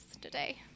today